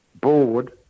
board